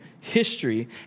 history